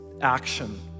action